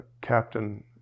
captain